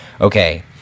okay